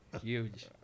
Huge